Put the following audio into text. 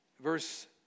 verse